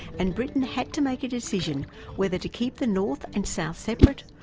and britain had to make a decision whether to keep the north and south separate,